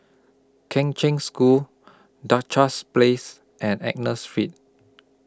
Kheng Cheng School Duchess Place and Agnus Street